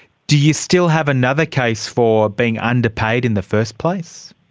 do you still have another case for being underpaid in the first place?